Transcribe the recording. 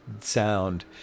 sound